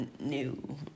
new